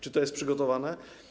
Czy to jest przygotowane?